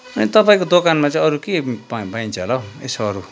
अनि तपाईँको दोकानमा चाहिँ अरू के पा पाइन्छ होला हो यसो अरू